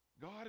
God